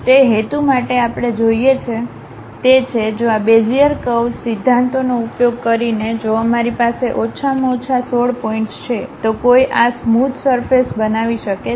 તે હેતુ માટે આપણે જોઈએ તે છે જો આ બેઝીઅર કર્વ્સ સિદ્ધાંતોનો ઉપયોગ કરીને જો અમારી પાસે ઓછામાં ઓછા 16 પોઇન્ટ્સ છે તો કોઈ આ સ્મોધ સરફેસ બનાવી શકે છે